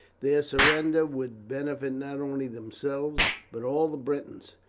their surrender would benefit not only themselves but all the britons.